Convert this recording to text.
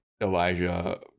Elijah